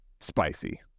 spicy